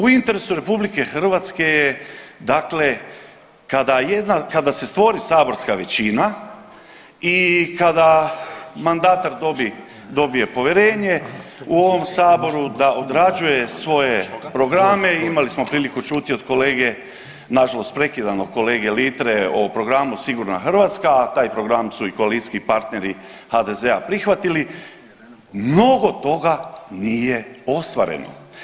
U interesu RH je dakle kada se stvori saborska većina i kada mandatar dobije povjerenje u ovom saboru da odrađuje svoje programe i imali smo priliku čuti od kolege, nažalost prekidanog kolege Litre o programu Sigurna Hrvatska, a taj program su i koalicijski partneri HDZ-a prihvatili, mnogo toga nije ostvareno.